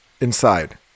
inside